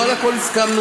לא על הכול הסכמנו,